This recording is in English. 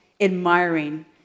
admiring